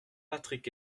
patrick